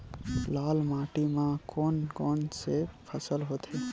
लाल माटी म कोन कौन से फसल होथे?